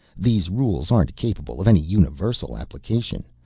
these rules aren't capable of any universal application,